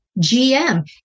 GM